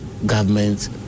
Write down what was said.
Government